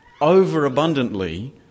overabundantly